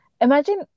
imagine